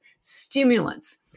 stimulants